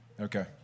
Okay